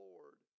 Lord